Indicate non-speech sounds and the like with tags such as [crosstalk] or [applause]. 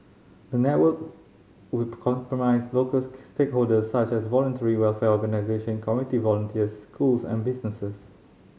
the network will comprise local [unintelligible] stakeholders such as voluntary welfare organisation community volunteers schools and businesses